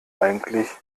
eigentlich